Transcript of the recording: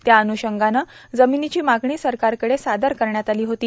त्या अन्षंगाने जमिनीची मागणी सरकारकडे सादर करण्यात आली होती